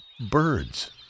birds